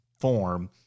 form